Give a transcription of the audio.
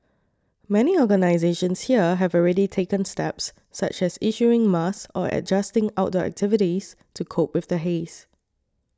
many organisations here have already taken steps such as issuing masks or adjusting outdoor activities to cope with the haze